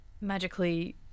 magically